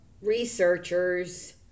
researchers